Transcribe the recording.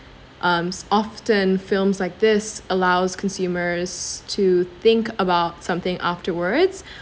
um often films like this allows consumers to think about something afterwards